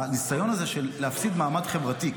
הניסיון הזה של להפסיד מעמד חברתי,